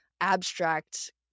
abstract